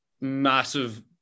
massive